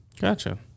Gotcha